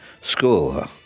school